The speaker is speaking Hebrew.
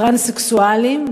טרנסקסואלים,